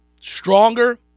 stronger